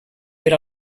per